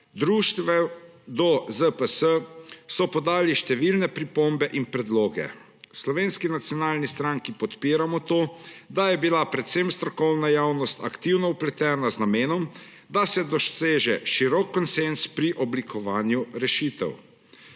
društva in ZPS – so podali številne pripombe in predloge. V Slovenski nacionalni stranki podpiramo to, da je bila predvsem strokovna javnost aktivno vpletena z namenom, da se doseže širok konsenz pri oblikovanju rešitev.